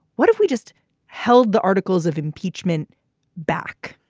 what if we just held the articles of impeachment back?